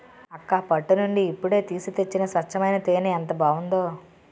అక్కా పట్టు నుండి ఇప్పుడే తీసి తెచ్చిన స్వచ్చమైన తేనే ఎంత బావుందో